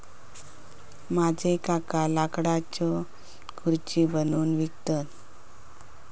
माझे काका लाकडाच्यो खुर्ची बनवून विकतत